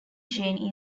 jane